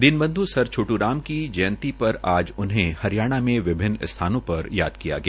Deenbandhu sir Chhotu Ram की जयंती पर आज उनहें हरियाणा में विभिन्न स्थानों पर याद किया गया